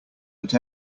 but